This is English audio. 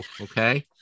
Okay